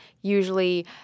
usually